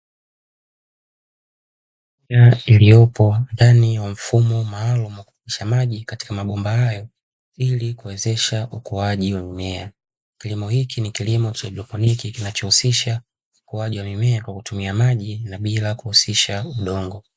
Rafu iliyopo ndani ya mfumo maalumu wa kupitisha maji ndani ya mabomba haya, ili kuwezesha ukuaji wa mimea. Kilimo hiki ni kilimo cha haidroponi kinachowezesha ukuaji wa mimea kwa kutumia maji, na bila kutumia udongo.